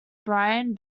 brian